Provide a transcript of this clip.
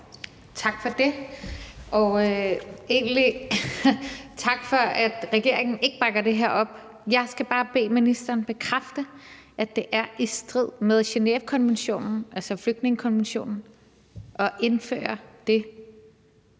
Tak for det. Og egentlig tak for, at regeringen ikke bakker det her op. Jeg skal bare bede ministeren bekræfte, at det er i strid med Genèvekonventionen – altså flygtningekonventionen – at indføre det,